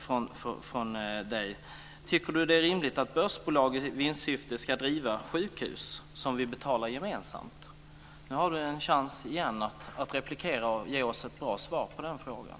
Tycker Chatrine Pålsson att det är rimligt att börsbolag i vinstsyfte ska driva sjukhus, som vi betalar gemensamt? Nu har Chatrine Pålsson en chans igen att replikera och ge oss ett bra svar på den frågan.